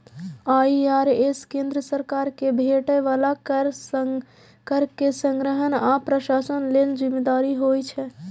IRS केंद्र सरकार कें भेटै बला कर के संग्रहण आ प्रशासन लेल जिम्मेदार होइ छै